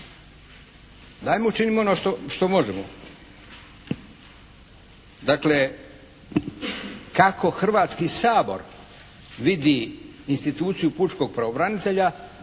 Dajmo, učinimo ono što možemo. Dakle, kako Hrvatski sabor vidi instituciju pučkog pravobranitelja